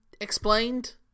explained